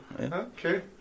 Okay